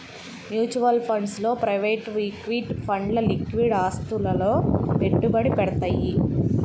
mutual funds లో private equity ఫండ్లు liquid ఆస్తులలో పెట్టుబడి పెడతయ్యి